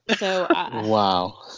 Wow